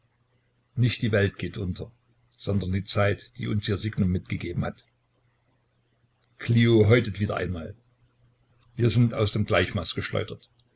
nicht die welt geht unter sondern die zeit die uns ihr signum mitgegeben hat clio häutet wieder einmal wir sind aus dem gleichmaß geschleudert